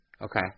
Okay